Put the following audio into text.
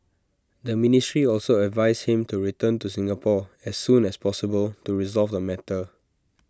the ministry also advised him to return to Singapore as soon as possible to resolve the matter